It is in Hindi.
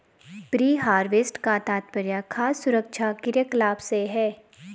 प्री हार्वेस्ट का तात्पर्य खाद्य सुरक्षा क्रियाकलाप से है